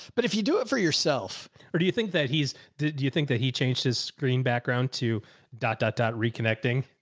but if you do it for yourself or do you think that he's, do do you think that he changed his screen background to dot, dot, dot reconnecting?